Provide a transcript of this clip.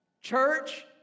church